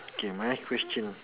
K my question